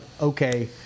okay